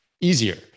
easier